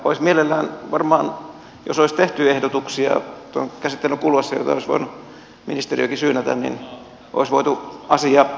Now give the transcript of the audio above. olisi mielellään varmaan jos olisi tehty ehdotuksia tuon käsittelyn kuluessa joita olisi voinut ministeriökin syynätä voitu asia hoitaa kuntoon